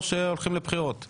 או שהולכים לבחירות.